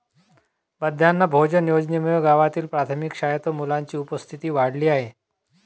माध्यान्ह भोजन योजनेमुळे गावातील प्राथमिक शाळेत मुलांची उपस्थिती वाढली आहे